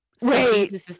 wait